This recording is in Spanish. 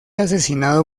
asesinado